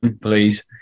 please